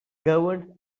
governs